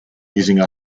using